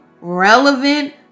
relevant